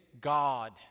God